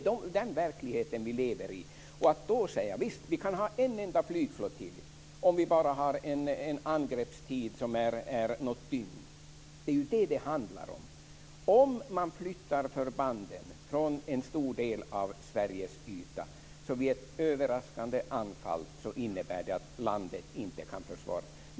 Det är den verklighet vi lever i. Att då säga att vi kan ha en enda flygflottilj om bara angreppstiden är något dygn. Det är vad det handlar om. Om man flyttar förbanden från en stor del av Sveriges yta innebär det vid ett överraskande anfall att landet inte kan försvaras.